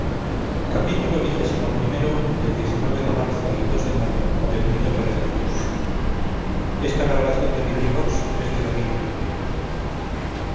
de marzo y el de mayo de